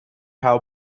how